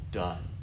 done